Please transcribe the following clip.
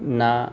ना